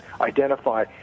identify